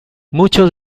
muchos